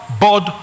board